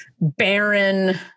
barren